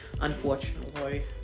unfortunately